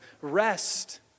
rest